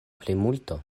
plimulto